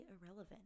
irrelevant